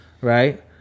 Right